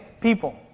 people